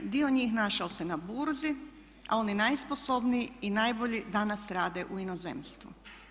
Dio njih našao se na burzi, a oni najsposobniji i najbolji danas rade u inozemstvu.